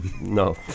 No